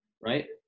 right